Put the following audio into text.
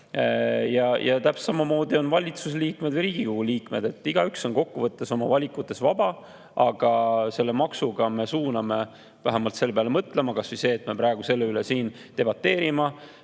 Täpselt samamoodi on valitsuse liikmed või Riigikogu liikmed igaüks oma valikutes vaba. Aga selle maksuga me suuname vähemalt selle peale mõtlema. Kas või sellega, et me praegu selle üle siin debateerime,